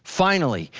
finally,